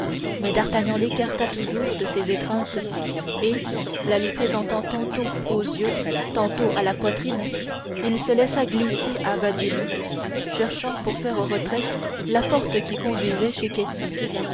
mais d'artagnan l'écarta toujours de ses étreintes et la lui présentant tantôt aux yeux tantôt à la poitrine il se laissa glisser à bas du lit cherchant pour faire retraite la porte qui conduisait